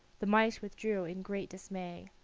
the mice withdrew in great dismay.